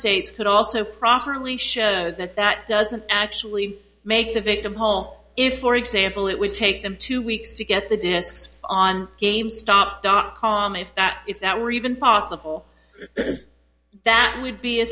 states could also properly show that that doesn't actually make the victims whole if for example it would take them two weeks to get the discs on game stop dot com if that if that were even possible that would be a